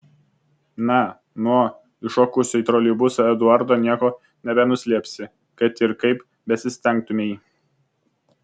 na nuo įšokusio į troleibusą eduardo nieko nebenuslėpsi kad ir kaip besistengtumei